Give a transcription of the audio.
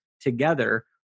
together